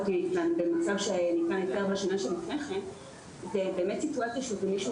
ההיתר במצב שניתן היתר בשנה שלפני כן זאת באמת סיטואציה שמישהו